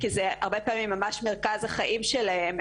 כי הרבה פעמים זה ממש מרכז החיים שלהן,